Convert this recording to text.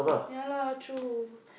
yeah lah true